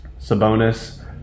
Sabonis